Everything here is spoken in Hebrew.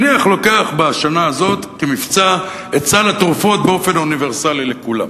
נניח לוקח בשנה הזאת כמבצע את סל התרופות באופן אוניברסלי לכולם,